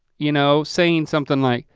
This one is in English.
you know saying something like,